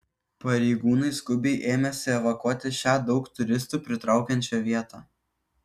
pareigūnai skubiai ėmėsi evakuoti šią daug turistų pritraukiančią vietą